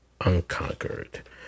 Unconquered